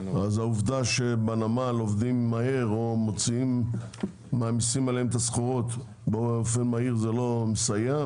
והעובדה שבנמל עובדים מהר ומעמיסים עליהם את הסחורות זה לא מסייע,